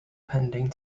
pending